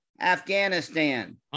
Afghanistan